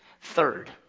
Third